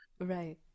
Right